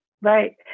right